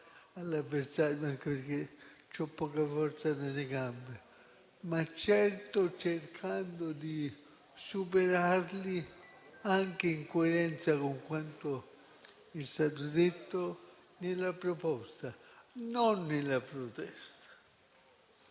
gambe, cercando di superarli anche in coerenza con quanto è stato detto nella proposta e non nella protesta.